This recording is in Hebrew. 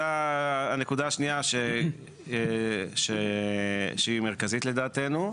הנקודה השנייה שהיא מרכזית לדעתנו,